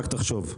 רק תחשוב.